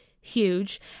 huge